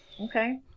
Okay